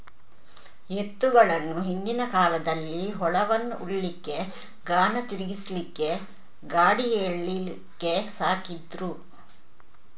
ಎತ್ತುಗಳನ್ನ ಹಿಂದಿನ ಕಾಲದಲ್ಲಿ ಹೊಲವನ್ನ ಉಳ್ಲಿಕ್ಕೆ, ಗಾಣ ತಿರ್ಗಿಸ್ಲಿಕ್ಕೆ, ಗಾಡಿ ಎಳೀಲಿಕ್ಕೆ ಸಾಕ್ತಿದ್ರು